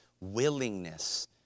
willingness